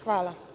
Hvala.